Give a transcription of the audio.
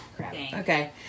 okay